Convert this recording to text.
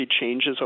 changes